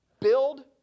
build